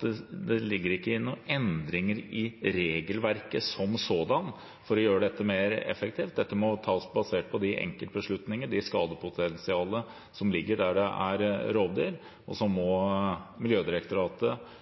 Det ligger ikke noen endringer i regelverket som sådan for å gjøre dette mer effektivt; dette må tas basert på de enkeltbeslutninger og det skadepotensialet som ligger der det er rovdyr, og så må Miljødirektoratet